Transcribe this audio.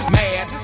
mad